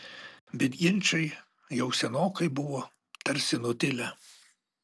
bet ginčai jau senokai buvo tarsi nutilę